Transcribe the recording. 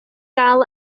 dal